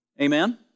Amen